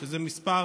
זה מספר